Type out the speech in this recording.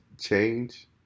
change